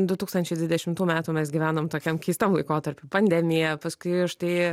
du tūkstančiai dvidešimtų metų mes gyvenam tokiam keistam laikotarpy pandemija paskui štai